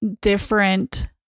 different